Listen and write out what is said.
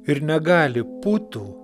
ir negali putų